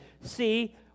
see